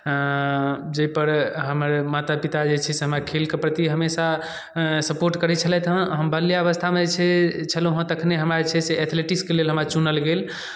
जाहिपर हमर माता पिता जे छै से हमरा खेलके प्रति हमेशा सपोर्ट करै छलथि हँ हम बाल्यावस्थामे जे छै छलहुँ हेँ तखने हमरा जे छै एथलेटिक्सके लेल हमरा चुनल गेल